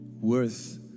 worth